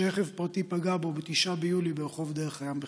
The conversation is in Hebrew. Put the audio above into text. שרכב פרטי פגע בו ב-9 ביולי ברחוב דרך הים בחיפה,